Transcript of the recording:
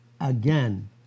Again